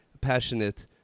passionate